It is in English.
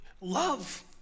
love